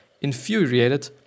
infuriated